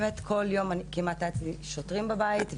באמת כמעט כל יום היו שוטרים בבית,